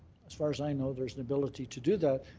as far as i know there's an ability to do that,